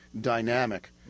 dynamic